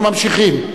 אנחנו ממשיכים.